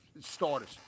starters